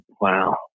Wow